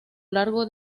largo